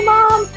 Mom